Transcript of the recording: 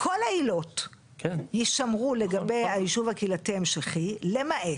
כל העילות יישמרו לגבי היישוב הקהילתי המשכי למעט.